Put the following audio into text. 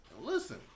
Listen